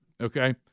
okay